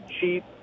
cheap